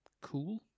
cool